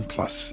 Plus